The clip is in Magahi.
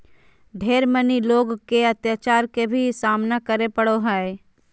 ढेर मनी लोग के अत्याचार के भी सामना करे पड़ो हय